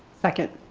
second.